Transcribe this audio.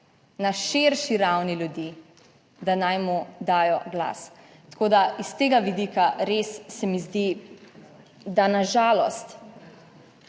na širši ravni ljudi, da naj mu dajo glas. Tako da iz tega vidika res se mi zdi, da na žalost